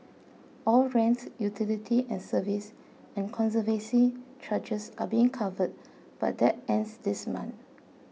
all rent utility and service and conservancy charges are being covered but that ends this month